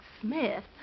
Smith